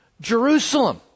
Jerusalem